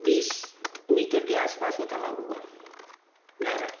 बीस मीटर के आसपास वो तालाब होगा गहरा